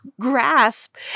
grasp